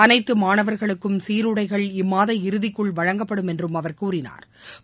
அனைத்துமாணவா்களுக்கும் சீருடைகள் இம்மாத இறுதிக்குள் வழங்கப்படும் என்றும் அவா் கூறினாா்